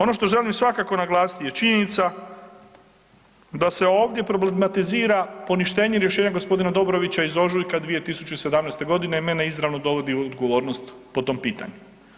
Ono što želim svakako naglasiti je činjenica da se ovdje problematizira poništenje rješenja g. Dobrovića iz ožujka 2017.g. i mene izravno dovodi u odgovornost po tom pitanju.